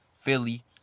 Philly